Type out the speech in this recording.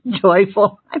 joyful